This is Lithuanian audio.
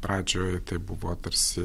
pradžioj tai buvo tarsi